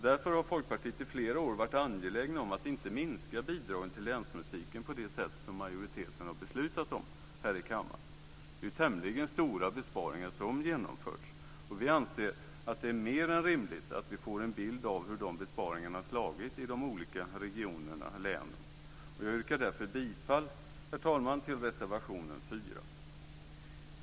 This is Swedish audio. Därför har Folkpartiet i flera år varit angeläget om att inte minska bidragen till länsmusiken på det sätt som majoriteten har beslutat om här i kammaren. Det är ju tämligen stora besparingar som genomförts, och vi anser att det är mer än rimligt att vi får en bild av hur de besparingarna slagit i de olika regionerna och länen. Jag yrkar därför bifall till reservation nr 4 under mom. 5.